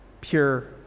Pure